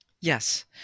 Yes